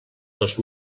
dos